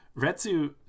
Retsu